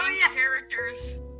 character's